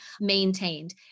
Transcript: maintained